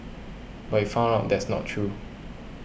but we found out that's not true